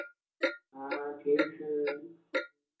हाँ ठीक से